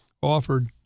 offered